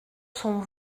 sont